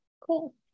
Cool